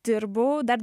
dirbau dar